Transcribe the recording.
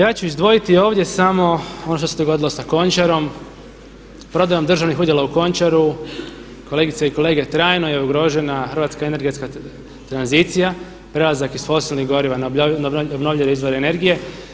Ja ću izdvojiti ovdje samo ono što se dogodilo sa Končarom, prodajom državnih udjela u Končaru, kolegice i kolege, trajno je ugrožena hrvatska energetska tranzicija, prelazak iz fosilnih goriva na obnovljive izvore energije.